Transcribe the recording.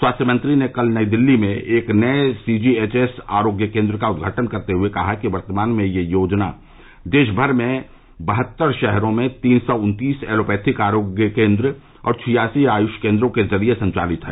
स्वास्थ्य मंत्री ने कल नई दिल्ली में एक नए सीजीएचएस आरोग्य केन्द्र का उद्धाटन करते हुए कहा कि वर्तमान में यह योजना देशभर में बहत्तर शहरों में तीन सौ उन्तीस एलोपैथिक आरोग्य केन्द्र और छियासी आयुष केन्द्रों के जरिये संचालित हैं